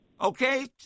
Okay